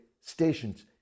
stations